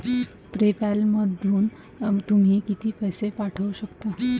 पे पॅलमधून तुम्ही किती पैसे पाठवू शकता?